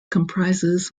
comprises